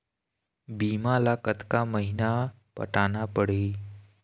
बीमा ला कतका महीना पटाना पड़ही?